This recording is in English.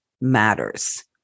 matters